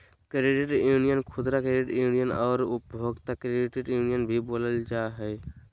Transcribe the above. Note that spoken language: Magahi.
क्रेडिट यूनियन खुदरा क्रेडिट यूनियन आर उपभोक्ता क्रेडिट यूनियन भी बोलल जा हइ